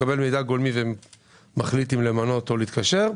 מקבל מידע גולמי ומחליט אם למנות או להתקשר.